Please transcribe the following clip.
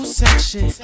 section